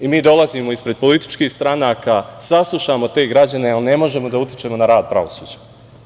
I mi dolazimo ispred političkih stranaka, saslušamo te građane, ali ne možemo da utičemo na rad pravosuđa.